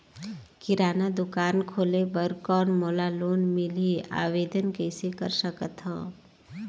किराना दुकान खोले बर कौन मोला लोन मिलही? आवेदन कइसे कर सकथव?